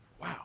Wow